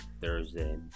Thursday